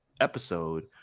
episode